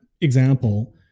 example